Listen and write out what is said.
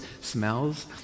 smells